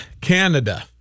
Canada